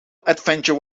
adventurer